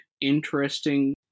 interesting